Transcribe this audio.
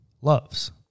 loves